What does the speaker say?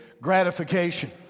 gratification